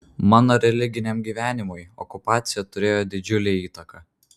mano religiniam gyvenimui okupacija turėjo didžiulę įtaką